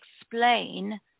explain